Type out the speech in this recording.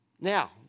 Now